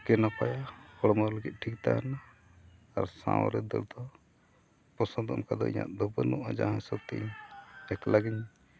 ᱱᱟᱯᱟᱭᱟ ᱦᱚᱲᱢᱚ ᱞᱟᱹᱜᱤᱫ ᱴᱷᱤᱠ ᱛᱟᱦᱮᱱᱟ ᱟᱨ ᱥᱟᱶᱨᱮ ᱫᱟᱹᱲ ᱫᱚ ᱯᱚᱥᱚᱱᱫ ᱤᱧ ᱫᱚ ᱚᱱᱠᱟ ᱫᱚ ᱤᱧᱟᱹᱜ ᱫᱚ ᱵᱟᱹᱱᱩᱜᱼᱟ ᱡᱟᱦᱟᱸ ᱦᱤᱥᱟᱹᱵ ᱛᱮ ᱤᱧ ᱮᱠᱞᱟ ᱜᱤᱧ